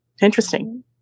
Interesting